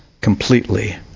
completely